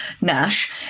NASH